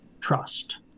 trust